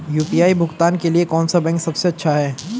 UPI भुगतान के लिए कौन सा बैंक सबसे अच्छा है?